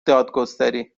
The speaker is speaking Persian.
دادگستری